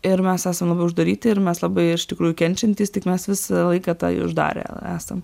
ir mes esam labai uždaryti ir mes labai iš tikrųjų kenčiantys tik mes visą laiką tai uždarę esam